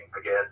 again